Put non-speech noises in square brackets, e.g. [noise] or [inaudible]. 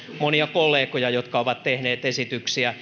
monia kollegoja jotka ovat tehneet esityksiä [unintelligible]